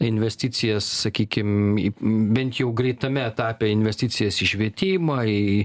investicijas sakykim į bent jau greitame etape investicijas į švietimą į